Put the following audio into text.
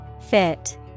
Fit